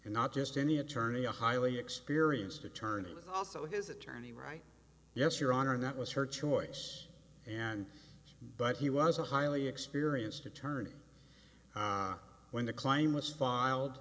and not just any attorney a highly experienced attorney also his attorney right yes your honor that was her choice and but he was a highly experienced attorney when the claim was filed